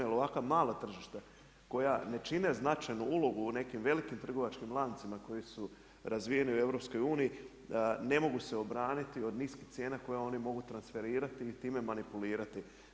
Jer ovakva mala tržišta koja ne čine značajnu ulogu u nekim velikim trgovačkim lancima koji su razvijeni u EU ne mogu se obraniti od niskih cijena koje oni mogu transferirati i time manipulirati.